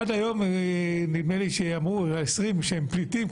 עד היום הוכרו אולי 20 כפליטים,